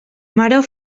maror